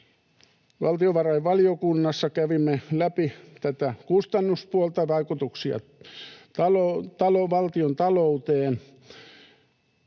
Valtiovarainvaliokunnassa kävimme läpi tätä kustannuspuolta, vaikutuksia valtiontalouteen,